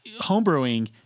homebrewing